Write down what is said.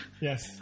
Yes